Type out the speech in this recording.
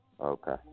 Okay